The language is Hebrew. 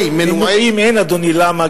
למה?